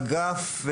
אגף חברה,